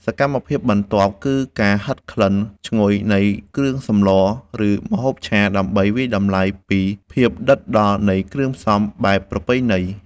សកម្មភាពបន្ទាប់គឺការហិតក្លិនឈ្ងុយនៃគ្រឿងសម្ល ឬម្ហូបឆា ដើម្បីវាយតម្លៃពីភាពដិតដល់នៃគ្រឿងផ្សំបែបប្រពៃណី។